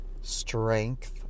strength